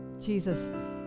jesus